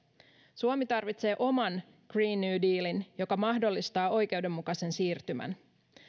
suomi tarvitsee oman green new dealin joka mahdollistaa oikeudenmukaisen siirtymän